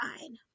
fine